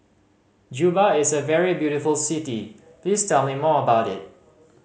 Juba is a very beautiful city please tell me more about it